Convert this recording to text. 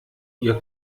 ihr